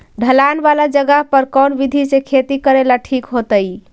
ढलान वाला जगह पर कौन विधी से खेती करेला ठिक होतइ?